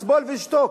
לסבול ולשתוק.